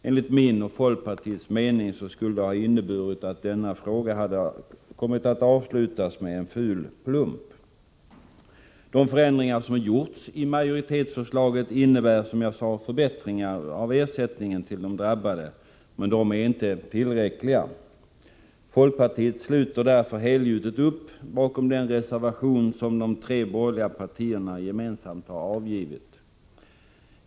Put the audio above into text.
Enligt min och folkpartiets mening skulle det ha inneburit att denna fråga avslutats med en ful plump. De förändringar som gjorts i majoritetsförslaget innebär som jag sade förbättringar av ersättningen till de drabbade — men de är inte tillräckliga. Folkpartiet sluter därför helgjutet upp bakom den reservation som de tre borgerliga partierna gemensamt har avgivit.